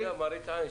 זה למראית עין.